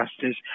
justice